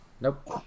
Nope